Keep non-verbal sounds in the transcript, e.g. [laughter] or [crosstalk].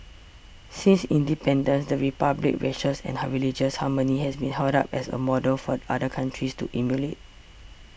since independence the Republic's racials and [unintelligible] religious harmony has been held up as a model for other countries to emulate